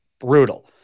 brutal